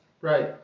Right